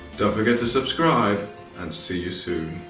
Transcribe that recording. don't forget to subscribe and see you soon.